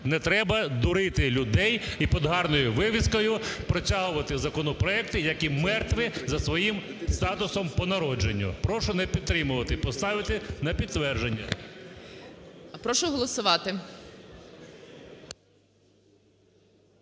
Не треба дурити людей і під гарною вивіскою протягувати законопроекти, які мертві за своїм статусом по народженню. Прошу не підтримувати і поставити на підтвердження. ГОЛОВУЮЧИЙ. Прошу голосувати.